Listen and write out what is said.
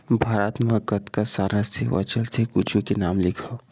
भारत मा कतका सारा सेवाएं चलथे कुछु के नाम लिखव?